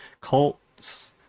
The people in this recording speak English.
cults